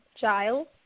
Giles